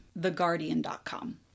theguardian.com